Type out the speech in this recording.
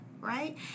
right